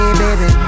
baby